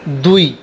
দুই